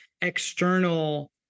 external